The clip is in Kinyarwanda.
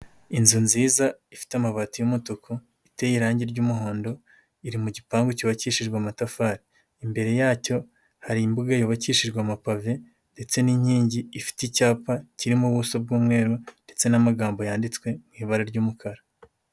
Inzu nziza ifite amabati y'umutuku, iteye irangi ry'umuhondo, iri mu gipangu cyubakishijwe amatafari, imbere yacyo hari imbuga yubakishijwe amapave ndetse n'inkingi, ifite icyapa kirimo ubuso bw'umweru ndetse n'amagambo yanditswe mu ibara ry'umukara.